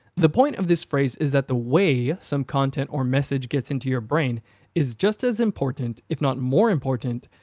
the point of this phrase is that the way some content or message gets into your brain is just as important, if not more important,